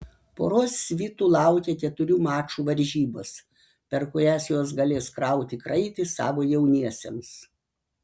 poros svitų laukia keturių mačų varžybos per kurias jos galės krauti kraitį savo jauniesiems